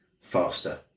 faster